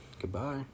Goodbye